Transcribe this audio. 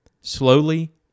slowly